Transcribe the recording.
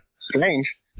strange